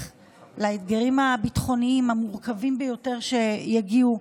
לאתגרים הביטחוניים המורכבים ביותר שיגיעו,